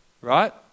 Right